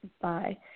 Bye